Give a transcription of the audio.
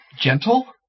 gentle